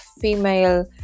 female